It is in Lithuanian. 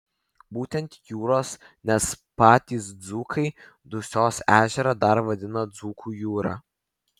būtent jūros nes patys dzūkai dusios ežerą dar vadina dzūkų jūra